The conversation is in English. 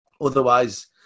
Otherwise